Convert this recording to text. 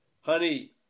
honey